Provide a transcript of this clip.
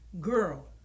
girl